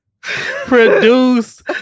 produce